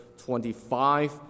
25